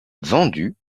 vendus